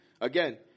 Again